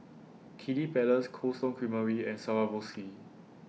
Kiddy Palace Cold Stone Creamery and Swarovski